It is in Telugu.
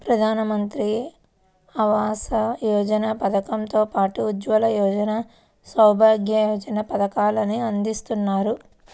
ప్రధానమంత్రి ఆవాస యోజన పథకం తో పాటు ఉజ్వల యోజన, సౌభాగ్య యోజన పథకాలను అందిత్తన్నారు